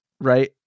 right